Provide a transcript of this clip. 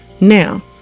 Now